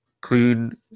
Clean